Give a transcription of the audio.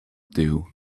dew